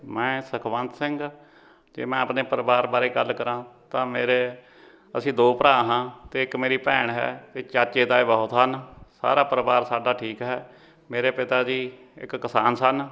ਮੈਂ ਸੁਖਵੰਤ ਸਿੰਘ ਅਤੇ ਮੈਂ ਆਪਣੇ ਪਰਿਵਾਰ ਬਾਰੇ ਗੱਲ ਕਰਾਂ ਤਾਂ ਮੇਰੇ ਅਸੀਂ ਦੋ ਭਰਾ ਹਾਂ ਅਤੇ ਇੱਕ ਮੇਰੀ ਭੈਣ ਹੈ ਚਾਚੇ ਤਾਏ ਬਹੁਤ ਹਨ ਸਾਰਾ ਪਰਿਵਾਰ ਸਾਡਾ ਠੀਕ ਹੈ ਮੇਰੇ ਪਿਤਾ ਜੀ ਇੱਕ ਕਿਸਾਨ ਸਨ